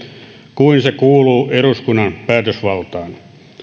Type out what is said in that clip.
kuin se kuuluu eduskunnan päätösvaltaan